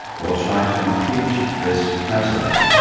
will try to impeach this president.